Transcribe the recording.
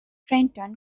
trenton